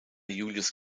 julius